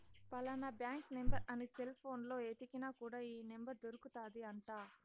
ఫలానా bank number అని cell పోనులో ఎతికిన కూడా ఈ నెంబర్ దొరుకుతాది అంట